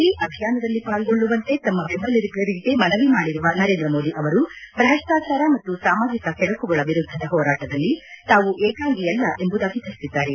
ಈ ಅಭಿಯಾನದಲ್ಲಿ ಪಾಲ್ಗೊಳ್ಳುವಂತೆ ತಮ್ಮ ಬೆಂಬಲಿಗರಿಗೆ ಮನವಿ ಮಾಡಿರುವ ನರೇಂದ್ರ ಮೋದಿ ಅವರು ಭ್ರಷ್ಟಾಚಾರ ಮತ್ತು ಸಾಮಾಜಿಕ ಕೆಡಕುಗಳ ವಿರುದ್ಧದ ಹೋರಾಟದಲ್ಲಿ ತಾವು ಏಕಾಂಗಿಯಲ್ಲ ಎಂಬುದಾಗಿ ಅವರು ತಿಳಿಸಿದ್ದಾರೆ